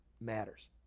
matters